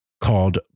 called